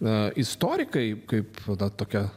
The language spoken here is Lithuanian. na istorikai kaip na tokia